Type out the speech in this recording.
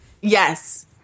Yes